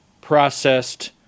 processed